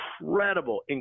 incredible